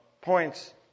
points